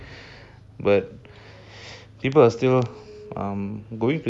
but people are still I'm going